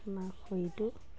আমাৰ শৰীৰটো